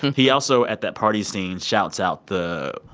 he also, at that party scene, shouts out the,